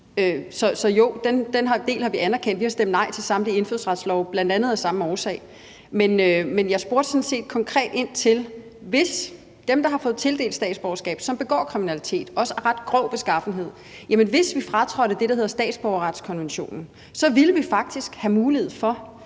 Så den del har vi anerkendt. Vi har stemt nej til samtlige indfødsretslovforslag, bl.a. af samme årsag. Men jeg spurgte sådan set konkret til dem, der har fået tilkendt statsborgerskab, som begår kriminalitet, også af en ret grov beskaffenhed. Hvis vi fratrådte det, der hedder statsborgerretskonventionen, ville vi faktisk have mulighed for